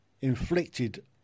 inflicted